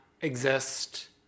exist